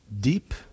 deep